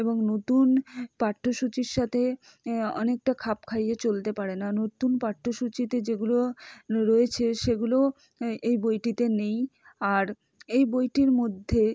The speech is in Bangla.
এবং নতুন পাঠ্যসূচির সাথে অনেকটা খাপ খাইয়ে চলতে পারে না নতুন পাঠ্যসূচিতে যেগুলো রয়েছে সেগুলোও এএই বইটিতে নেই আর এই বইটির মধ্যে